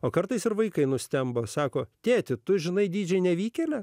o kartais ir vaikai nustemba sako tėti tu žinai didžiai nevykėle